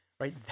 right